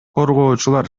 коргоочулар